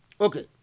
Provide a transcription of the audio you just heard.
Okay